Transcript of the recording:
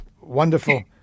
wonderful